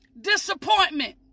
disappointment